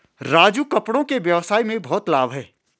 राजू कपड़ों के व्यवसाय में बहुत लाभ है